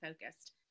focused